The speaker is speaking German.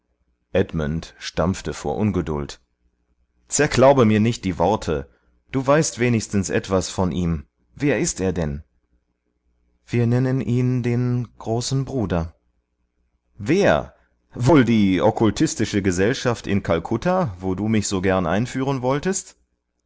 edmund stampfte vor ungeduld zerklaube mir nicht die worte du weißt wenigstens etwas von ihm wer ist er denn wir nennen ihn den großen bruder wer wohl die okkultistische gesellschaft in kalkutta wo du mich so gern einführen wolltest